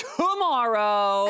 tomorrow